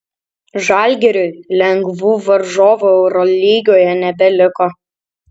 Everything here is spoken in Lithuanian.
žalgiriui lengvų varžovų eurolygoje nebeliko